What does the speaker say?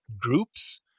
groups